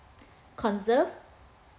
conserve